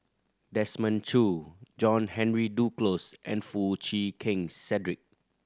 Desmond Choo John Henry Duclos and Foo Chee Keng Cedric